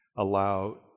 Allow